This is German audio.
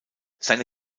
seine